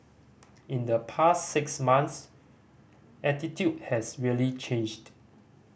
in the past six months attitude has really changed